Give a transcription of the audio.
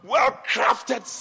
Well-crafted